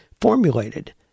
formulated